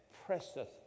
Presseth